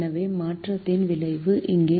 எனவே மாற்றத்தின் விளைவு இங்கே